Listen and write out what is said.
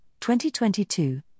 2022